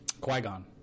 Qui-Gon